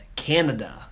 Canada